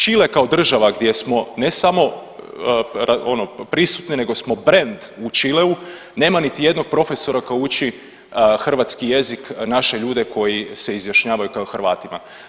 Čile kao država gdje smo ne samo ono prisutni nego smo brend u Čileu nema niti jednog profesora koji uči hrvatski jezik naše ljude koji se izjašnjavaju kao Hrvatima.